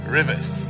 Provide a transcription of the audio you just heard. Rivers